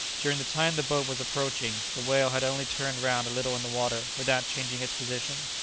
during the time the boat was approaching, the whale had only turned round a little in the water without changing its position.